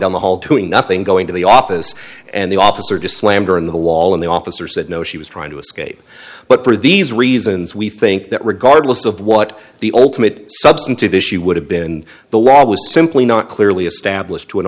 down the hall doing nothing going to the office and the officer just slammed her in the wall in the office or said no she was trying to escape but for these reasons we think that regardless of what the ultimate substantive issue would have been the law was simply not clearly established to an